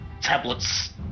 tablets